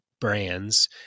brands